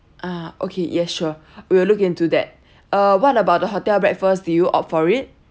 ah okay yes sure we'll look into that uh what about the hotel breakfast do you opt for it